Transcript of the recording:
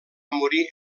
morir